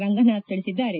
ರಂಗನಾಥ್ ತಿಳಿಸಿದ್ದಾರೆ